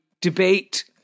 debate